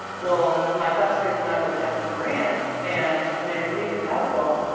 well, my classmates and i, that went down to durant and amanda reid in tahlequah,